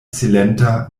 silenta